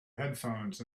headphones